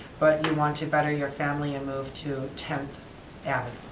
but you want to better your family and move to tenth yeah